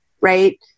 Right